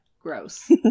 gross